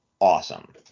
awesome